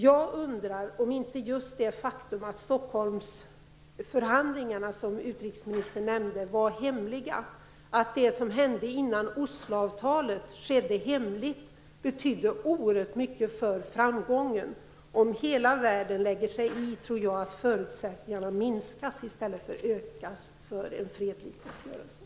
Jag undrar om inte just det faktum att Stockholmsförhandlingarna, som utrikesministern nämnde, var hemliga och att det som hände innan Osloavtalet skedde var hemligt, betydde oerhört mycket för framgången. Om hela världen lägger sig i tror jag att förutsättningarna för en fredlig uppgörelse minskas i stället för ökas.